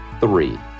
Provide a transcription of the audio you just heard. Three